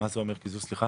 מה זה אומר קיזוז, סליחה?